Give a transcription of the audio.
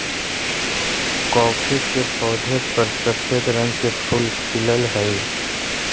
coffee के पौधा पर सफेद रंग के फूल खिलऽ हई